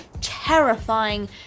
terrifying